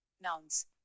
Nouns